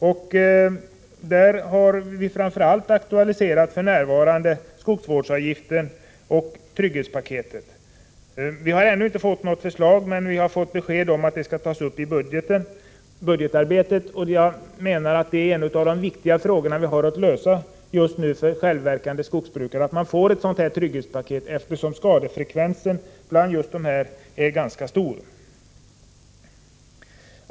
På det området har vi f.n. framför allt aktualiserat skogsvårdsavgiften och trygghetpaketet. Vi har ännu inte fått något förslag, men vi har fått besked om att detta skall tas upp i budgetarbetet. Jag anser att en av de viktigaste frågorna att lösa för självavverkande skogsägare är just att få till stånd ett trygghetspaket, eftersom skadefrekvensen i denna grupp är ganska hög.